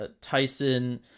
Tyson